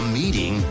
meeting